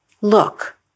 look